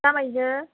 जामायजो